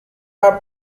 are